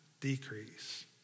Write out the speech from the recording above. decrease